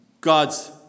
God's